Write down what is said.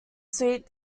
sweet